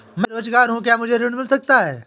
मैं बेरोजगार हूँ क्या मुझे ऋण मिल सकता है?